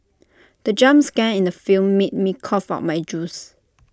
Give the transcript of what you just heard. the jump scare in the film made me cough out my juice